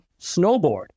snowboard